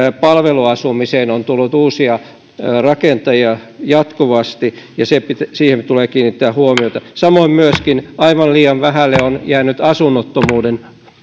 palveluasumiseen on tullut uusia rakentajia jatkuvasti tulee kiinnittää huomiota samoin myöskin aivan liian vähälle on jäänyt asunnottomuuden